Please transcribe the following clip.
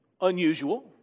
unusual